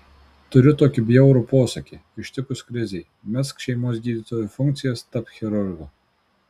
turiu tokį bjaurų posakį ištikus krizei mesk šeimos gydytojo funkcijas tapk chirurgu